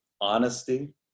honesty